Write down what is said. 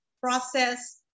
process